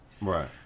Right